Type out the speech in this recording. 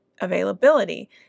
availability